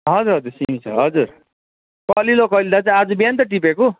हजुर हजुर सिमी छ हजुर कलिलो कलिलो दाजु आज बिहान त टिपेको